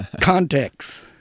Context